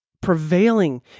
prevailing